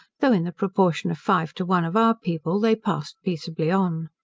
though in the proportion of five to one of our people they passed peaceably on.